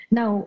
Now